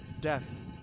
Death